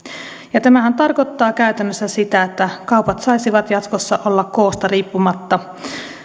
tämähän tarkoittaa käytännössä sitä että kaupat saisivat jatkossa olla koosta riippumatta